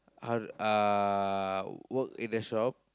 how to uh work in the shop